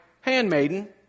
handmaiden